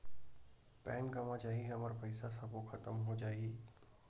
Pan गंवा जाही हमर पईसा सबो खतम हो जाही?